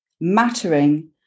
Mattering